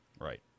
Right